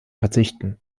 verzichten